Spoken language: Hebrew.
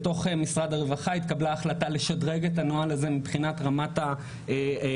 בתוך משרד הרווחה התקבלה החלטה לשדרג את הנוהל הזה מבחינת רמת ההשפעה